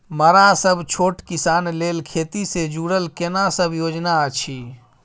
मरा सब छोट किसान लेल खेती से जुरल केना सब योजना अछि?